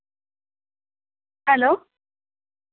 hello